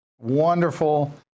wonderful